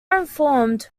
informed